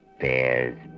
bears